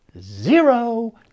zero